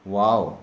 wow